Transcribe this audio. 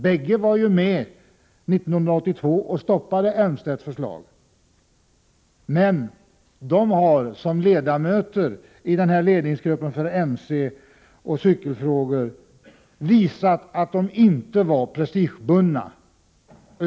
Bägge var ju med 1982 och stoppade Elmstedts förslag. Men de har som ledamöter i ledningsgruppen för mcoch cykelfrågor visat att de inte var prestigebundna.